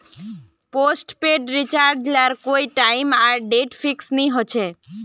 postpaid recharge लार कोए time आर डेट फिक्स नि होछे